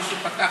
למישהו זה פתח,